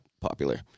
popular